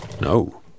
No